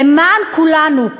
למען כולנו,